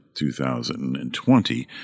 2020